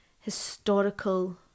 historical